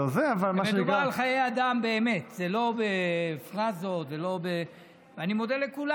מדובר על חיי אדם באמת, אני מודה לכולם.